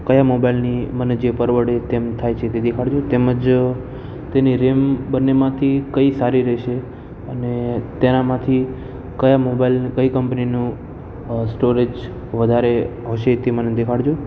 કયા મોબાઈલની મને જે પરવળે તેમ થાય છે તે દેખાડજો તેમજ તેની રેમ બંનેમાંથી કઈ સારી રહેશે અને તેનામાંથી કયા મોબાઈલ કઈ કંપનીનું સ્ટોરેજ વધારે હોય છે તે મને દેખાડજો